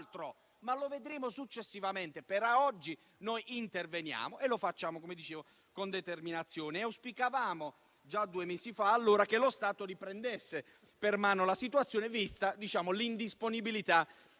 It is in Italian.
ma lo vedremo successivamente. Però oggi noi interveniamo e lo facciamo - come dicevo - con determinazione. Auspicavamo già due mesi fa che lo Stato riprendesse in mano la situazione, vista l'indisponibilità